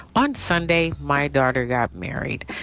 on sunday, my daughter got married.